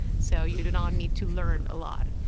so you do not need to learn a lot.